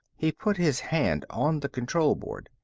he put his hand on the control board.